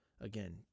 Again